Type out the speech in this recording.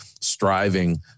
striving